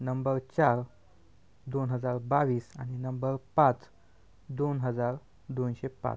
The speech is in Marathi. नंबर चार दोन हजार बावीस आणि नंबर पाच दोन हजार दोनशे पाच